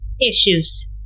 issues